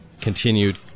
continued